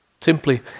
Simply